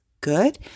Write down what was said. good